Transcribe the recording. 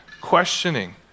questioning